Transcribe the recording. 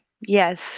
yes